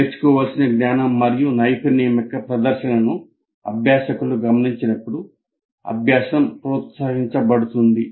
నేర్చుకోవలసిన జ్ఞానం మరియు నైపుణ్యం యొక్క ప్రదర్శనను అభ్యాసకులు గమనించినప్పుడు అభ్యాసం ప్రోత్సహించబడుతుంది